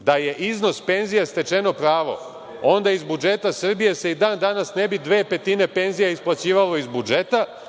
Da je iznos penzije stečeno pravo, onda iz budžeta Srbije se i dan danas ne bi dve petine penzija isplaćivalo iz budžeta,